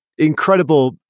Incredible